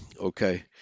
okay